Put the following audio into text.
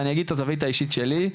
ואני אגיד את הזווית האישית שלי,